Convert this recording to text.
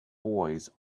boys